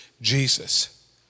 Jesus